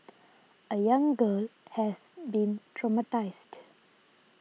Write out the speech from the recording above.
a young girl has been traumatised